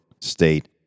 state